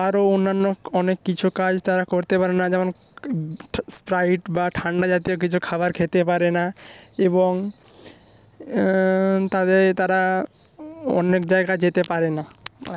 আরো অন্যান্য অনেক কিছু কাজ তারা করতে পারে না যেমন স্প্রাইট বা ঠান্ডা জাতীয় কিছু খাবার খেতে পারে না এবং তাদের তারা অনেক জায়গা যেতে পারে না